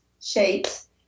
shapes